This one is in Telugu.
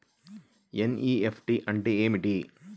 ఎన్.ఈ.ఎఫ్.టీ అంటే ఏమిటి?